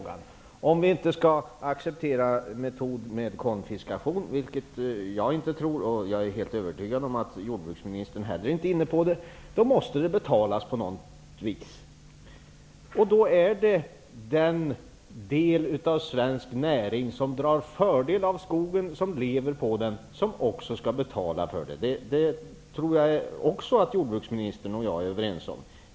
Detta måste på något vis betalas om vi inte skall acceptera en metod som innebär konfiskation, vilket jag inte tror att vi skall göra, och jag är övertygad om att jordbruksministern inte heller är inne på det. Det är den del av svensk näring som drar fördel av skogen, som lever av den, som också skall betala för detta. Det tror jag också att jordbruksministern och jag är överens om.